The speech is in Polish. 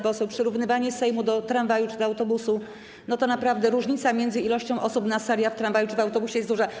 Jeśli chodzi o przyrównywanie Sejmu do tramwaju czy do autobusu, to naprawdę różnica między ilością osób na sali i w tramwaju czy w autobusie jest duża.